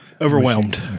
Overwhelmed